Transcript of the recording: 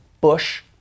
Bush